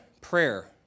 prayer